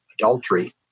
adultery